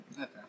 Okay